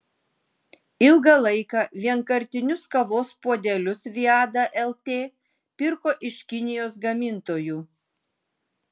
ilgą laiką vienkartinius kavos puodelius viada lt pirko iš kinijos gamintojų